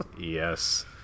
yes